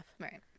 Right